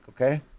Okay